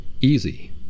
easy